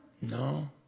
No